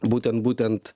būtent būtent